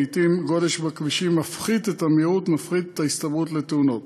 לעתים גודש בכבישים מפחית את המהירות ומפחית את ההסתברות לתאונות.